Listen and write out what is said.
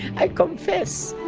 i confess!